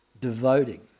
devoting